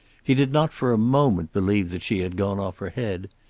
he did not for a moment believe that she had gone off her head.